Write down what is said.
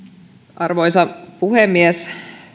arvoisa puhemies